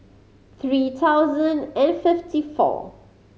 three thousand and fifty four